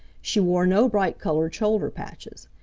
she wore no bright-colored shoulder patches.